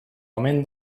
omen